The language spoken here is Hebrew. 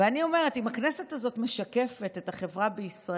ואני אומרת, אם הכנסת הזאת משקפת את החברה בישראל,